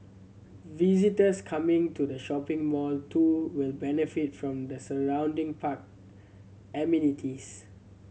visitors coming to the shopping mall too will benefit from the surrounding park amenities